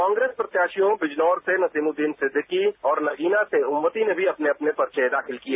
कांग्रेस प्रत्याशियों बिजनौर से नसीयूदीन सिद्दीकी और नगीना से ओमवती ने भी अपने अपने पर्चे दाखिल किए